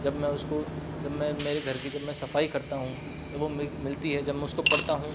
जब मैं उसको जब मैं मेरे घर की जब मैं सफाई करता हूँ जब वो मिलती है जब मैं उसको पढ़ता हूँ